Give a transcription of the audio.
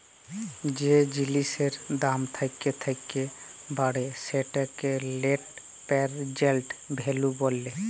যে জিলিসের দাম থ্যাকে থ্যাকে বাড়ে সেটকে লেট্ পেরজেল্ট ভ্যালু ব্যলে